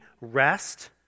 rest